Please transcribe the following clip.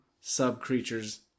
sub-creatures